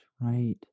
right